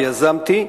שיזמתי.